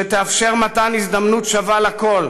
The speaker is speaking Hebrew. שיאפשר מתן הזדמנויות שווה לכול,